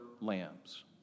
lambs